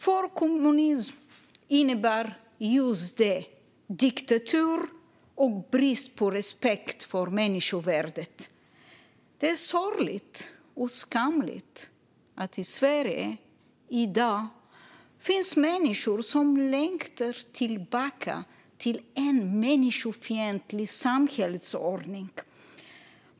För kommunism innebär just det: diktatur och brist på respekt för människovärdet. Det är sorgligt och skamligt att det i Sverige i dag finns människor som längtar tillbaka till en människofientlig samhällsordning.